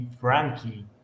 Frankie